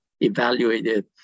evaluated